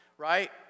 right